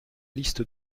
liste